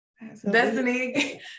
Destiny